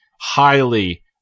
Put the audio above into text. highly